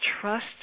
trust